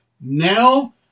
Now